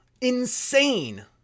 insane